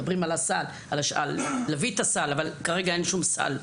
מדברים על הסל, אבל כרגע אין שום סל.